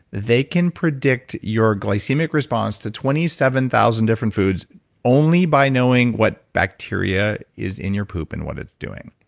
they can predict your glycemic response to twenty seven thousand different foods only by knowing what bacteria is in your poop and what it's doing.